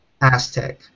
Aztec